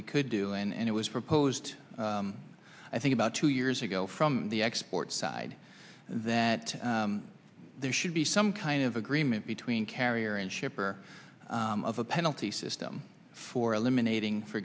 we could do and it was proposed i think about two years ago from the export side that there should be some kind of agreement between carrier and ship or of a penalty system for eliminating for